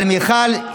אבל מיכל,